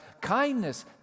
kindness